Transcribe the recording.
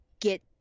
get